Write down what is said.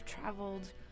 traveled